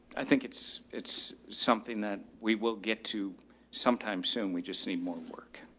i think it's, it's something that we will get to sometime soon. we just need more work.